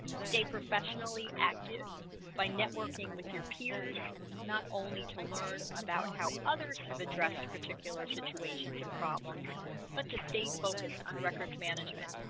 stay professionally active active by networking with your peers not only to learn about how others have addressed particular situations and problems but to stay focused on records management